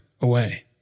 away